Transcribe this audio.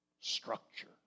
structure